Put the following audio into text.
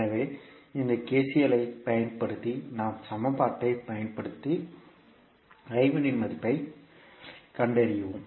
எனவே அந்த KCL ஐப் பயன்படுத்தி நாம் சமன்பாட்டைப் பயன்படுத்தி I 1 இன் மதிப்புகளைக் கண்டறிவோம்